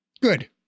Good